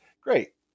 Great